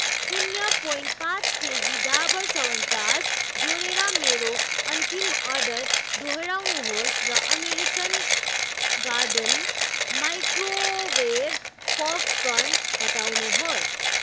शून्य प्वाइन्ट पाँच केजी डाबर च्यवनप्रास जोडेर मेरो अन्तिम अर्डर दोहोऱ्याउनुहोस् र अमेरिकन गार्डन माइक्रोवेभ पपकर्न हटाउनुहोस्